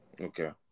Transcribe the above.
Okay